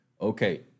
Okay